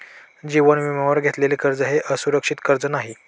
जीवन विम्यावर घेतलेले कर्ज हे असुरक्षित कर्ज नाही